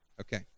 Okay